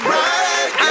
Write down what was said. right